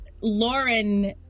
Lauren